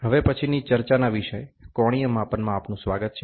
હવે પછી ની ચર્ચા ના વિષય કોણીય માપનમાં આપનું સ્વાગત છે